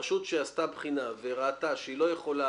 רשות שעשתה בחינה וראתה שהיא לא יכולה